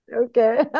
okay